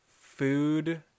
food